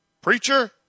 Preacher